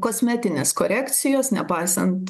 kosmetinės korekcijos nepaisant